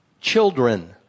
children